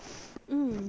betul betul